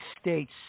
States